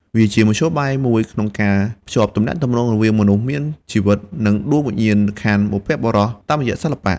វាជាមធ្យោបាយមួយក្នុងការភ្ជាប់ទំនាក់ទំនងរវាងមនុស្សមានជីវិត និងដួងវិញ្ញាណក្ខន្ធបុព្វបុរសតាមរយៈសិល្បៈ។